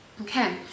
Okay